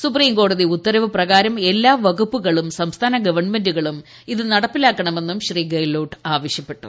സുപ്രിംകോടതി ഉത്തരവ് പ്രകാരം എല്ലാ വകുപ്പുകളും സംസ്ഥാന ഗവൺമെന്റുകളും ഇത് നടപ്പിലാക്കണമെന്നും ശ്രീ ഗെലോട്ട് ആവശ്യപ്പെട്ടു